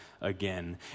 again